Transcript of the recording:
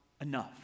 enough